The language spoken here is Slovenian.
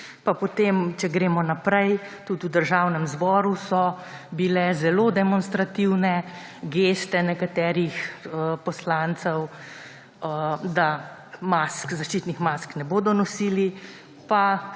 Pa potem, če gremo naprej, tudi v Državnem zboru so bile zelo demonstrativne geste nekaterih poslancev, da zaščitnih mask ne bodo nosili. Pa